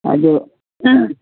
ꯑꯗꯣ